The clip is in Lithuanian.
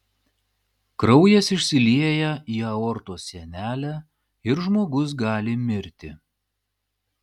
kraujas išsilieja į aortos sienelę ir žmogus gali mirti